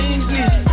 English